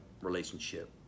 relationship